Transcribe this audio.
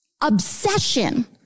obsession